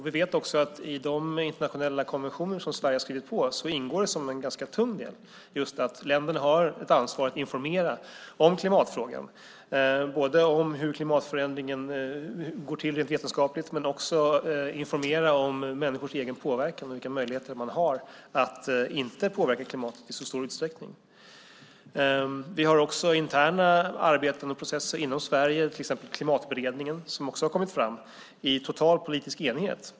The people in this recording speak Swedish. Vi vet också att det i de internationella konventioner som Sverige har skrivit på ingår som en ganska tung del att länderna har ansvar för att informera om klimatfrågan, både om hur klimatförändringen går till rent vetenskapligt och om människors egen påverkan och vilka möjligheter man har att inte påverka klimatet i så stor utsträckning. Vi har också interna arbeten och processer inom Sverige, till exempel Klimatberedningen, som också har kommit fram i total politisk enighet.